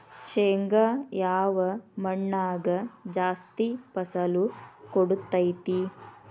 ಶೇಂಗಾ ಯಾವ ಮಣ್ಣಾಗ ಜಾಸ್ತಿ ಫಸಲು ಕೊಡುತೈತಿ?